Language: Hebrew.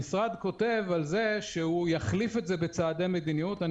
המשרד כותב על כך שהוא יחליף את זה בצעדי מדיניות ואני